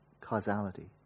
causality